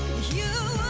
you